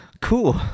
cool